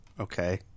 okay